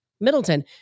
Middleton